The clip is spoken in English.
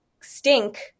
stink